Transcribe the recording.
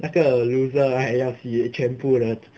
那个 loser right 要洗全部的